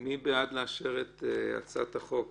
מי בעד לאשר את הצעת החוק?